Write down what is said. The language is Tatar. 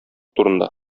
турында